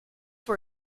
for